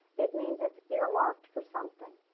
it means it's earmarked for something.